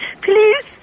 Please